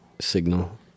signal